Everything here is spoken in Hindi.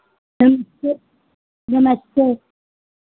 नमस्ते नमस्ते